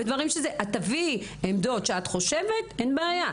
אם תביאי עמדה שאת חושבת, אין בעיה.